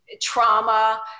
trauma